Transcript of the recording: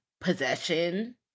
possession